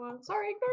Sorry